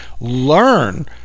learn